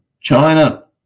China